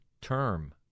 term